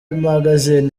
magasin